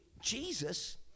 Jesus